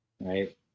right